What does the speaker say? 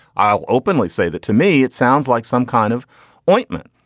i'll openly say that to me it sounds like some kind of ointment.